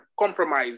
compromise